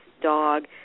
dog